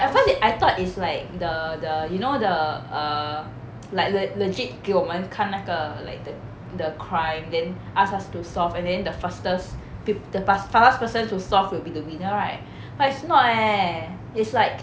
at first it I thought is like the the you know the err like le~ legit 给我们看那个 like the the crime then ask us to solve and then the fastest pe~ the fas~ fastest person to solve will be the winner right but it's not leh it's like